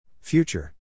Future